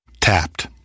Tapped